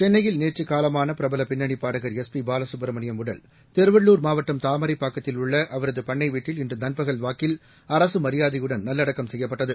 சென்னையில் நேற்று காலமான பிரபல பின்னணி பாடகர் எஸ் பி பாலசுப்ரமணியம் உடல் திருவள்ளுர் மாவட்டம் தாமரைப்பாக்கத்தில் உள்ள அவரது பண்ணை வீட்டில் இன்று நண்பகல் வாக்கில் அரசு மியாதையுடன் நல்லடக்கம் செய்யப்பட்டது